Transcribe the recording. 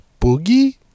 boogie